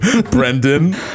brendan